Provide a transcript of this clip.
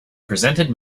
presented